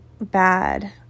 bad